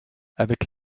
avec